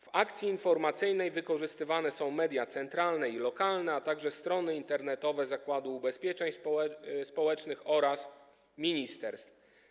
W akcji informacyjnej wykorzystywane są media centralne i lokalne, a także strony internetowe Zakładu Ubezpieczeń Społecznych oraz ministerstw.